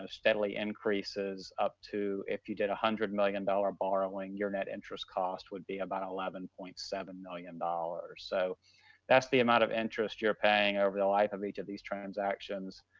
ah steadily increases up to, if you did one hundred million dollars borrowing, your net interest cost would be about eleven point seven million dollars. so that's the amount of interest you're paying over the life of each of these transactions,